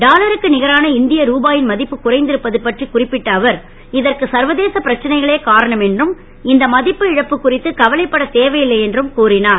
டாலருக்கு கரான இந் ய ருபா ன் ம ப்பு குறைந் ருப்பது பற்றி குறிப்பிட்ட அவர் இதற்கு சர்வதேச பிரச்சனைகளே காரணம் என்றும் இந்த ம ப்பு இழப்பு குறித்து கவலைப்படத் தேவை ல்லை என்றும் அவர் கூறினார்